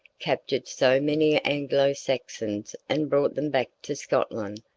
captured so many anglo-saxons and brought them back to scotland,